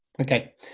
okay